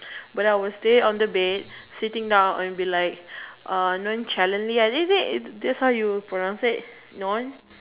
but I was stay on the bed sitting down and be like uh nonchalantly and is it this how you pronounce it no~